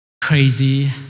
crazy